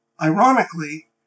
ironically